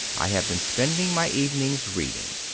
i have been spending my evenings reading.